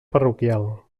parroquial